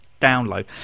download